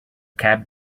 cab